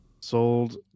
sold